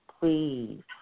please